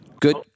Good